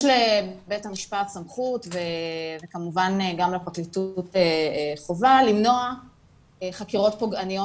יש לבית המשפט סמכות וכמובן גם לפרקליטות חובה למנוע חקירות פוגעניות